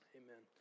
amen